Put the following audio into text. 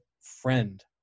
friend